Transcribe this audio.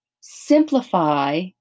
simplify